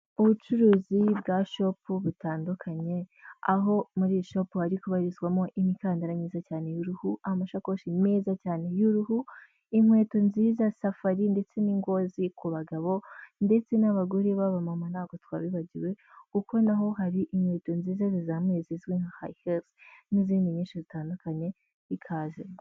Ubucuruzi bwa shop butandukanye ,aho muri shop hari kubarizwamo imikandara myiza cyane y'uruhu, amasakoshi meza cyane y'uruhu, inkweto nziza za safari ndetse n'ingozi ku bagabo ndetse n'abagore baba mama ntabwo twabibagiwe kuko naho hari inkweto nziza zizamuye zizwi nka high heels n'izindi nyinshi zitandukanye ikaze.